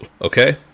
okay